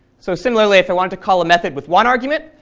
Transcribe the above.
so similarly, if i wanted to call a method with one argument,